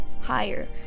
higher